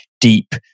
deep